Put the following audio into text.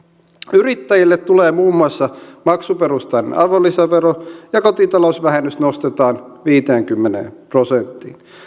yrittäjille tulee muun muassa maksuperusteinen arvonlisävero ja kotitalousvähennys nostetaan viiteenkymmeneen prosenttiin